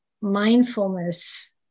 mindfulness